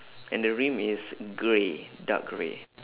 and the rim is grey dark grey